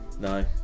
No